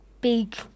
big